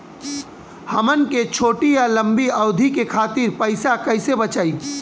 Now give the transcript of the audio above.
हमन के छोटी या लंबी अवधि के खातिर पैसा कैसे बचाइब?